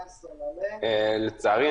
לצערי,